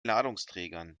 ladungsträgern